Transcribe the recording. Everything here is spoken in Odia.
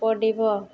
ପଡ଼ିବ